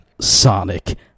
Sonic